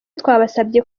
twabasabye